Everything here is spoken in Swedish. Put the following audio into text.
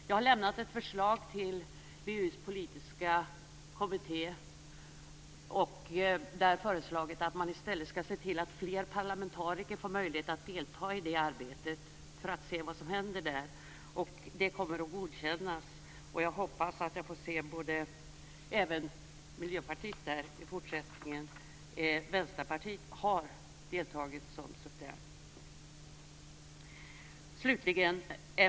Jag har lämnat ett förslag till VEU:s politiska kommitté, där jag har föreslagit att man i stället skall se till att fler parlamentariker får möjlighet att delta i arbetet för att se vad som händer där. Det kommer att godkännas, och jag hoppas att jag får se även Miljöpartiet där i fortsättningen. Vänsterpartiet har deltagit som suppleant.